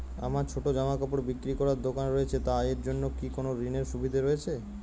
আমার ছোটো জামাকাপড় বিক্রি করার দোকান রয়েছে তা এর জন্য কি কোনো ঋণের সুবিধে রয়েছে?